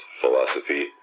philosophy